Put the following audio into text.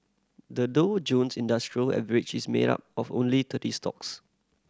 the Dow Jones Industrial Average is made up of only thirty stocks